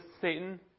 Satan